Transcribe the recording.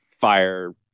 fire